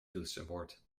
toetsenbord